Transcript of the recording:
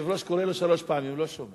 היושב-ראש קורא לו שלוש פעמים, הוא לא שומע.